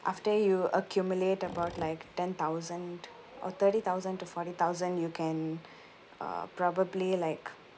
after you accumulate about like ten thousand or thirty thousand to forty thousand you can uh probably like